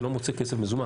ולא מוצאת כסף מזומן.